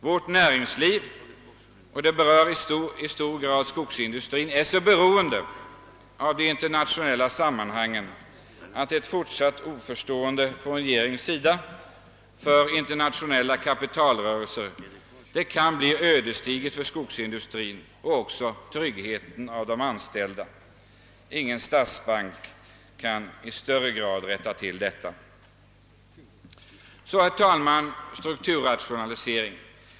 Vår skogsindustri — liksom näringslivet i stort är så beroende av de internationella sammanhangen, att ett fortsatt oförstående från regeringens sida för behovet av internationella kapitalrörelser kan bli ödesdigert för skogsindustrin och även för de anställdas trygghet. Ingen statsbank kan i någon större utsträckning rätta till dessa förhållanden. Jag kommer så, herr talman, till frågan om strukturrationaliseringen.